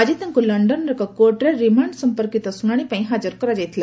ଆଜି ତାଙ୍କୁ ଲଣ୍ଣନର ଏକ କୋର୍ଟରେ ରିମାଣ୍ଡ ସମ୍ପର୍କିତ ଶୁଣାଣି ପାଇଁ ହାଜର କରାଯାଇଥିଲା